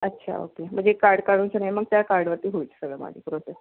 अच्छा ओके म्हणजे कार्ड काढून ठेवणे मग त्या कार्डवरती होईल सगळं माझं प्रोसेस